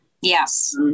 Yes